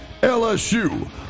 LSU